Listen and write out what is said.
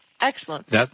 Excellent